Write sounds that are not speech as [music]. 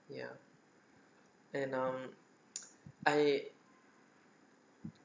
ya and um [noise] I